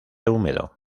húmedo